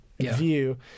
view